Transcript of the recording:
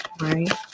right